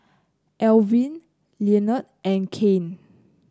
Alwine Lenord and Kane